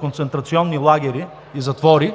концентрационни лагери и затвори,